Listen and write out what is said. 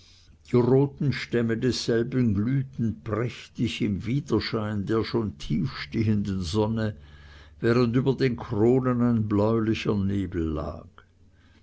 die roten stämme desselben glühten prächtig im widerschein der schon tief stehenden sonne während über den kronen ein bläulicher nebel lag